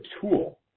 tool